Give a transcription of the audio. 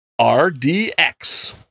RDX